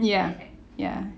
ya ya